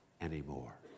anymore